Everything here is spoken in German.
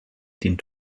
den